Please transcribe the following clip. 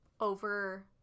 over